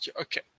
Okay